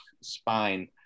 spine